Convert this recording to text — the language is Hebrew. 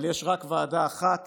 אבל יש רק ועדה אחת